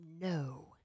no